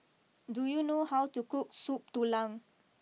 do you know how to cook Soup Tulang